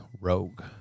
rogue